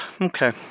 okay